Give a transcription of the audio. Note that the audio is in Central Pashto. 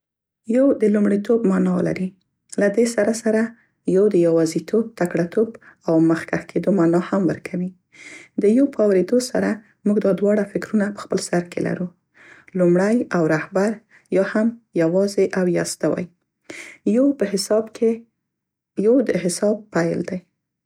یو د لومړیتوب معنا لري، له دې سره سره یو د یوازیتوب، تکړه توب او مخکښ کیدو معنا هم ورکوي. د یو په اوریدو سره موږ دا دواړه فکرونه په سر کې لرو. لومړی او رهبر او یا هم یوازې او یستوی. یو به حساب کې یو د حساب پیل دی.